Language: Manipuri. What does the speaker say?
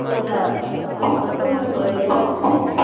ꯑꯗꯨꯒ ꯑꯗꯨ ꯑꯗꯨꯝ ꯂꯣꯏꯔꯦꯗ